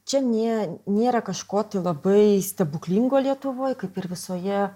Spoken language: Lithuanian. čia nie nėra kažko tai labai stebuklingo lietuvoj kaip ir visoje